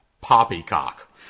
poppycock